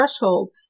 threshold